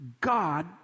God